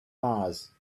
mars